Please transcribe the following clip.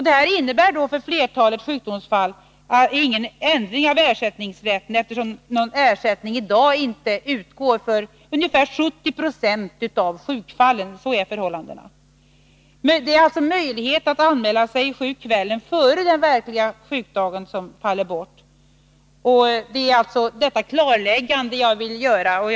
Detta innebär för flertalet sjukdomsfall ingen ändring av ersättningsrätten, eftersom någon ersättning för insjuknandedagen i dag inte utgår för ungefär 70 70 av sjukfallen — så är förhållandena. Det är alltså möjligheten att anmäla sig sjuk kvällen före den verkliga sjukdagen som faller bort. Det klarläggandet vill jag göra.